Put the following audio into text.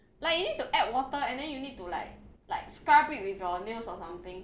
like you need to add water and then you need to like like scrub it with your nails or something